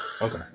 Okay